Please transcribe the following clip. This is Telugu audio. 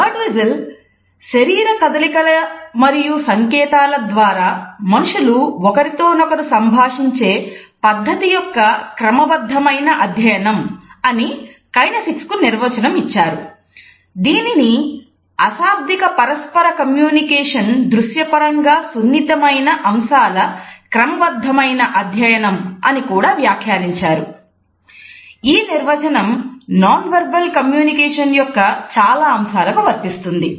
బర్డ్విస్టల్ యొక్క చాలా అంశాలకు వర్తిస్తుంది